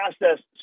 process